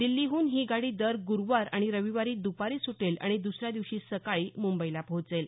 दिल्लीहून ही गाडी दर गुरुवार आणि रविवारी दुपारी सुटेल आणि दुसऱ्या दिवशी सकाळी मुंबईला पोहोचेल